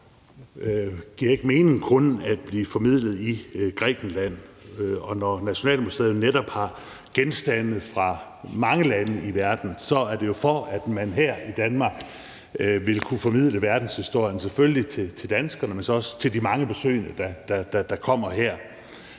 giver det ikke mening kun at formidle i Grækenland. Og når Nationalmuseet netop har genstande fra mange lande i verden, er det jo, for at man her i Danmark vil kunne formidle verdenshistorien, selvfølgelig til danskerne, men også til de mange besøgende, der kommer her,